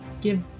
Give